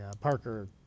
Parker